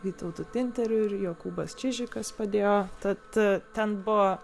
vytautu tinteriu ir jokūbas čižikas padėjo tad ten buvo